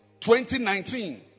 2019